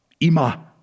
Ima